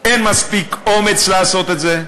אין מספיק אומץ לעשות את זה.